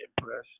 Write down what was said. impressed